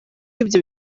ibyo